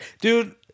Dude